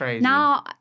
now